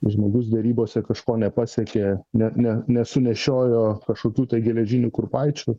žmogus derybose kažko nepasiekė net ne nesunešiojo kažkokių tai geležinių kurpaičių